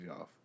off